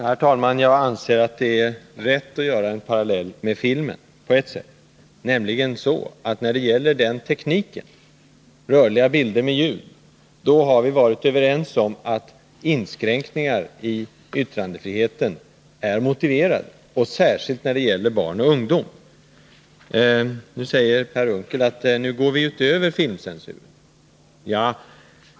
Herr talman! Jag anser att det är rätt att på ett sätt dra en parallell med filmen. När det gäller den tekniken, rörliga bilder med ljud, har vi varit överens om att inskränkningar i yttrandefriheten är motiverade, och då särskilt beträffande barn och ungdom. Per Unckel säger att vi nu går utöver filmcensuren.